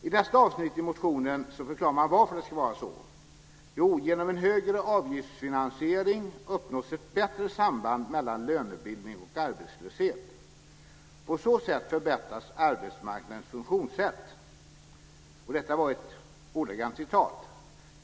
I nästa avsnitt i motionen förklarar man varför det ska vara så: "Genom en högre grad av avgiftsfinansiering uppnås ett bättre samband mellan lönebildning och arbetslöshet. På så sätt förbättras arbetsmarknadens funktionssätt." Detta är ett ordagrant citat.